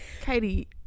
Katie